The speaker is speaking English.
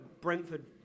Brentford